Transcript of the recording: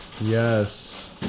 Yes